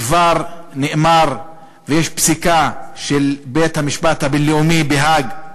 כבר נאמר, יש פסיקה של בית-המשפט הבין-לאומי בהאג,